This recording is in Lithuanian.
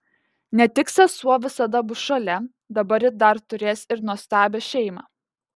ne tik sesuo visada bus šalia dabar ji dar turės ir nuostabią šeimą